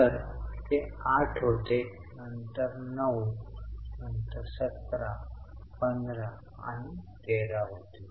तर ते 8 होते नंतर 9 नंतर 17 15 आणि 13 होतील